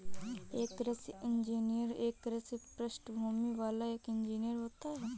एक कृषि इंजीनियर एक कृषि पृष्ठभूमि वाला एक इंजीनियर होता है